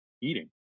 eating